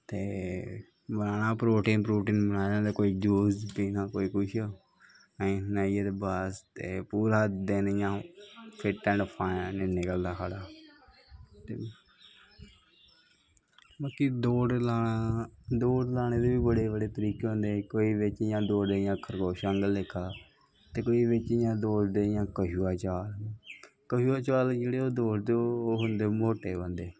बनाना protein protein banana ते juice पाना ते कोई कुश बनाई बनुईयै बस ते पूरा दिन इयां फिट्ट ऐंड़ फाईन निकलदा साढ़ा बाकी दौड़ लाने दे बी बड़े बड़े तरीके होंदे इक कोई दौड़दे इयां खरगोश आह्ला लेक्खा ते कोई इयां दौड़दे कशुए आह्ली चाल कशुए दी चाल जेह्ड़े दौड़दे ओह् होंदे मोटे बंदे